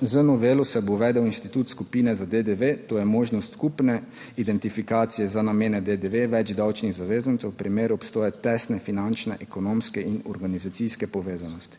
Z novelo se bo uvedel institut skupine za DDV, to je možnost skupne identifikacije za namene DDV več davčnih zavezancev v primeru obstoja tesne finančne, ekonomske in organizacijske povezanosti.